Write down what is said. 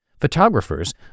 Photographers